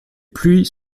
pluies